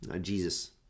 Jesus